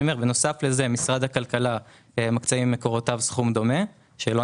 בנוסף לזה משרד הכלכלה מקצה ממקורותיו סכום דומה שלא